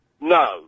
No